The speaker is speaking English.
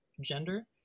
gender